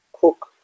cook